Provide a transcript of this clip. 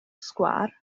sgwâr